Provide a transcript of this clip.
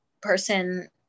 person